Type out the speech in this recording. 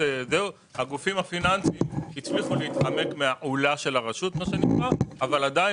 הגופים הפיננסים הצליחו להתחמק מעולה של הרשות אבל עדיין